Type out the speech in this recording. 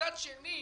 ומצד שני,